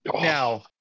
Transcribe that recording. Now